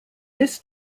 this